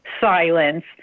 silence